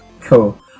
Cool